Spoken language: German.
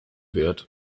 wird